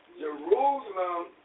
Jerusalem